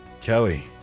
Kelly